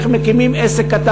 מה זה חינוך לעסקים?